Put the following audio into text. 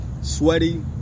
Sweaty